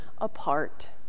apart